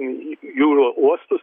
į į jūro uostus